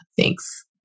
Thanks